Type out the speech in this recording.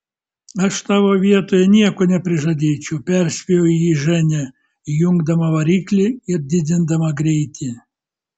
aš tavo vietoj nieko neprižadėčiau perspėjo jį ženia įjungdama variklį ir didindama greitį